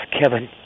Kevin